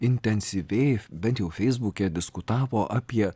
intensyviai bent jau feisbuke diskutavo apie